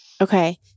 Okay